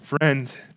friend